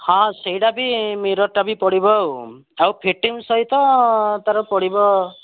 ହଁ ସେଇଟା ବି ମିରର୍ଟା ବି ପଡ଼ିବ ଆଉ ଆଉ ଫିଟିଂ ସହିତ ତାର ପଡ଼ିବ